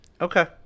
Okay